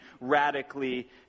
radically